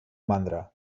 mandra